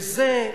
וזה,